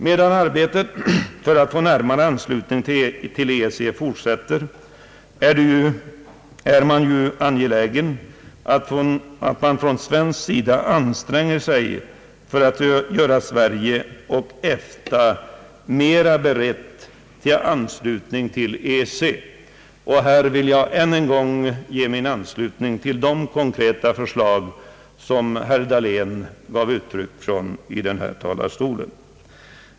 Medan arbetet för att få närmare anslutning till EEC fortsätter, är det angeläget att man från svensk sida anstränger sig att göra Sverige och EFTA mer beredda för anslutning till EEC. Här vill jag än en gång instämma i det konkreta förslag som herr Dahlén här framförde.